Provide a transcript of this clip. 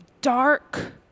dark